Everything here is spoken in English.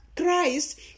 Christ